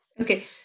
Okay